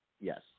yes